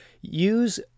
use